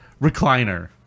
recliner